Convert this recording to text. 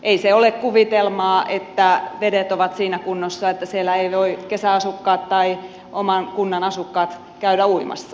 ei se ole kuvitelmaa että vedet ovat siinä kunnossa että siellä eivät voi kesäasukkaat tai oman kunnan asukkaat käydä uimassa